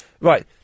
Right